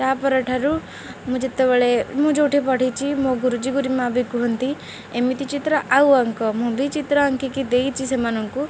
ତା ପର ଠାରୁ ମୁଁ ଯେତେବେଳେ ମୁଁ ଯେଉଁଠି ପଢ଼ିଛି ମୋ ଗୁରୁଜୀ ଗୁରୁମା ବି କୁହନ୍ତି ଏମିତି ଚିତ୍ର ଆଉ ଆଙ୍କ ମୁଁ ବି ଚିତ୍ର ଆଙ୍କିକି ଦେଇଛି ସେମାନଙ୍କୁ